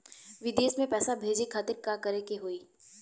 विदेश मे पैसा भेजे खातिर का करे के होयी?